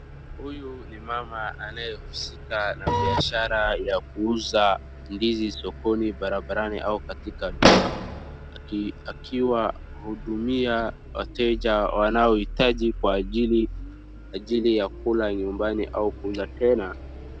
Huyu ni mama anayehusika na biashara ya kuuza ndizi sokoni, barabarani au katika duka, akiwahudumia wateja wanaohitaji kwa ajili ya kula nyumbani au kuuza tena.